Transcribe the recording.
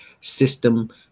system